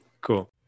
Cool